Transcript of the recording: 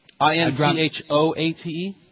I-N-C-H-O-A-T-E